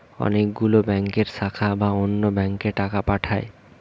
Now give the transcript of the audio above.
অনেক গুলো ব্যাংকের শাখা বা অন্য ব্যাংকে টাকা পাঠায়